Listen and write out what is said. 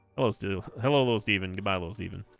let's do hello though stephen goodbye lowe's even